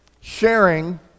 sharing